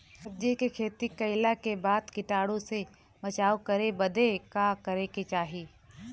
सब्जी के खेती कइला के बाद कीटाणु से बचाव करे बदे का करे के चाही?